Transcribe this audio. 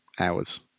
hours